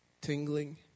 tingling